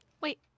Wait